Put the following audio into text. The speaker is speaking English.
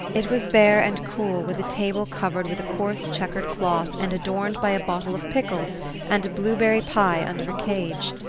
it was bare and cool, with a table covered with a coarse checkered cloth and adorned by a bottle of pickles and a blueberry pie under a cage.